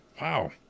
wow